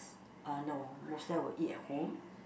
uh no mostly I will eat at home